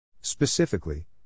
Specifically